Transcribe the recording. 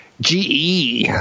GE